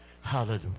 hallelujah